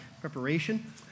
preparation